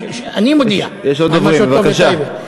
אני מודיע שאמרת טוב על טייבה.